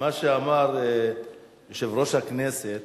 מה שאמר יושב-ראש הכנסת,